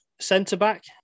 centre-back